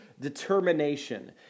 determination